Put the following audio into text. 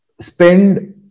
spend